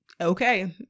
Okay